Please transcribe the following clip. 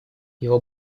его